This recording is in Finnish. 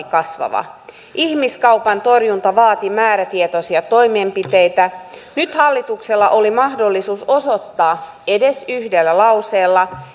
kasvava ihmiskaupan torjunta vaatii määrätietoisia toimenpiteitä nyt hallituksella oli mahdollisuus osoittaa edes yhdellä lauseella